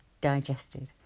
digested